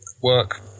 work